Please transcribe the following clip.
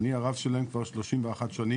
אני הרב שלהם כבר 31 שנים